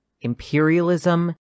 imperialism